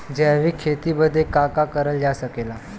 जैविक खेती बदे का का करल जा सकेला?